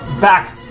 back